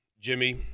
Jimmy